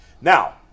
Now –